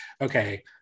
okay